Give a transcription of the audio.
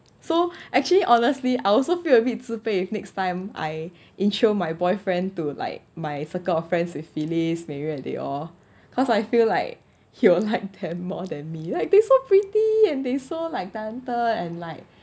so actually honestly I also feel a bit 自卑 if next time I intro my boyfriend to like my circle of friends with phyllis mei yun they all cause I feel like he was like them more than me like think so pretty and they so like talented and like